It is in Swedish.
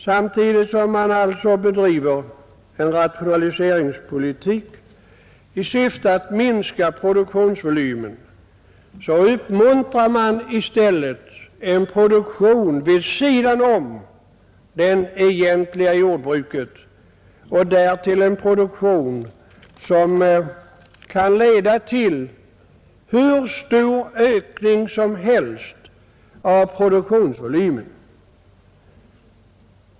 Samtidigt som man alltså bedriver rationaliseringspolitik i syfte att minska produktionsvolymen så uppmuntrar man en produktion vid sidan om det egentliga jordbruket — och därtill en produktion som kan leda till hur stor ökning som helst av produktionsvolymen.